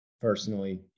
personally